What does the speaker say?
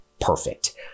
perfect